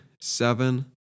seven